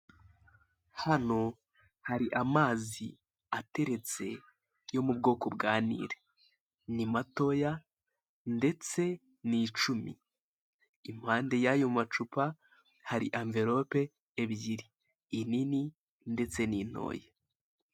Hano hari amazi ateretse yo mu bwoko bwa Nil. Ni matoya ndetse ni icumi. Impande y'ayo macupa hari amverope ebyiri, inini ndetse n'intoya.